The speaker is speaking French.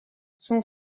son